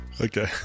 Okay